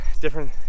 different